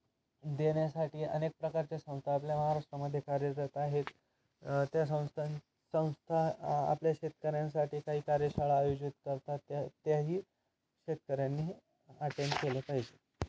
देण्यासाठी अनेक प्रकारच्या संस्था आपल्या महाराष्ट्रामध्ये कार्यरत आहेत त्या संस्थां संस्था आपल्या शेतकऱ्यांसाठी काही कार्यशाळा आयोजित करतात त्या त्याही शेतकऱ्यांनी अटेंड केलं पाहिजे